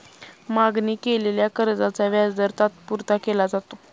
मागणी केलेल्या कर्जाचा व्याजदर तात्पुरता केला जातो